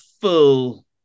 full